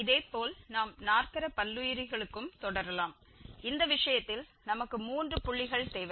இதேபோல் நாம் நாற்கர பல்லுயிரிகளுக்கும் தொடரலாம் இந்த விஷயத்தில் நமக்கு மூன்று புள்ளிகள் தேவை